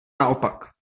naopak